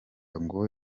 ngo